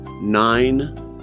nine